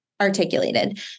articulated